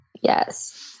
Yes